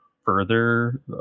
further